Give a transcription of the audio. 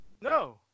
No